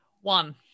One